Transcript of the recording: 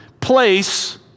place